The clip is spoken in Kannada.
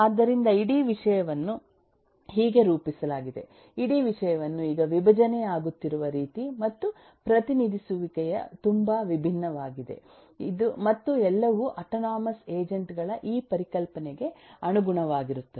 ಆದ್ದರಿಂದ ಇಡೀ ವಿಷಯವನ್ನು ಹೀಗೆ ರೂಪಿಸಲಾಗಿದೆ ಇಡೀ ವಿಷಯವನ್ನು ಈಗ ವಿಭಜನೆ ಆಗುತ್ತಿರುವ ರೀತಿ ಮತ್ತು ಪ್ರತಿನಿಧಿಸುವಿಕೆಯು ತುಂಬಾ ವಿಭಿನ್ನವಾಗಿದೆ ಮತ್ತು ಎಲ್ಲವೂ ಆಟೊನೊಮಸ್ ಏಜೆಂಟ್ಗಳ ಈ ಪರಿಕಲ್ಪನೆಗೆ ಅನುಗುಣವಾಗಿರುತ್ತವೆ